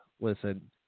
listen